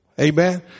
Amen